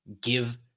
give